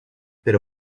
pero